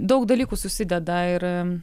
daug dalykų susideda ir